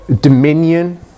dominion